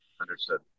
Understood